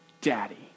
Daddy